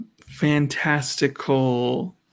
fantastical